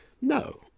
No